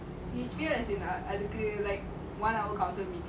management I will consider